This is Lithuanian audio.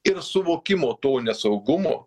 ir suvokimo to nesaugumo